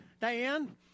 Diane